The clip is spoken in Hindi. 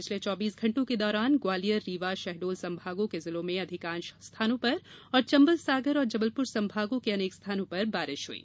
पिछले चौबीस घण्टों के दौरान ग्वालियर रीवा शहडोल संभागों के जिलों में अधिकांश स्थानों पर और चंबल सागर और जबलपुर संभागों के अनेक स्थानों पर बारिश हुई